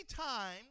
time